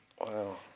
Wow